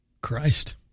Christ